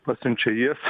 pasiunčia į eso